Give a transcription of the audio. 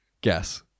Guess